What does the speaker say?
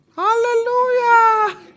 Hallelujah